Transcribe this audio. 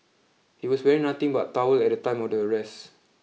he was wearing nothing but towel at the time of the arrest